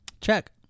Check